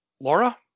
Laura